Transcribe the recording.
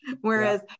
whereas